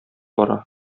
бара